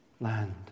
land